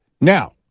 now